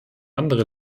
andere